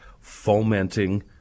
fomenting